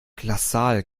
glasaal